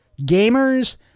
gamers